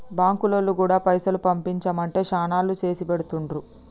బాంకులోల్లు గూడా పైసలు పంపించుమంటే శనాల్లో చేసిపెడుతుండ్రు